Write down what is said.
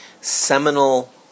seminal